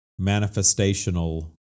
manifestational